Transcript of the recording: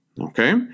okay